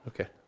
Okay